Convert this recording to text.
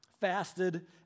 fasted